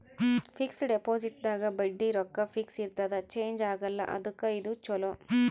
fix deposit ದಾಗ ಬಡ್ಡಿ ರೊಕ್ಕ ಫಿಕ್ಸ್ ಇರ್ತದ ಚೇಂಜ್ ಆಗಲ್ಲ ಅದುಕ್ಕ ಇದು ಚೊಲೊ